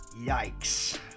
Yikes